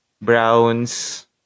browns